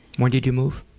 when did you move?